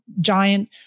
giant